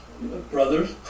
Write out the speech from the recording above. Brothers